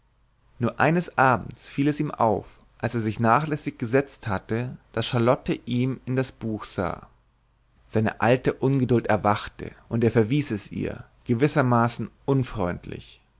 nur eines abends fiel es ihm auf als er sich nachlässig gesetzt hatte daß charlotte ihm in das buch sah seine alte ungeduld erwachte und er verwies es ihr gewissermaßen unfreundlich